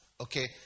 Okay